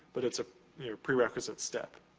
but it's a prerequisite step.